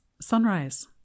sunrise